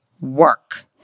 work